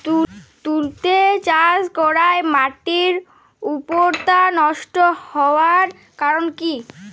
তুতে চাষ করাই মাটির উর্বরতা নষ্ট হওয়ার কারণ কি?